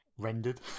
rendered